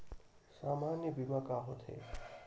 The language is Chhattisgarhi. सामान्य बीमा का होथे?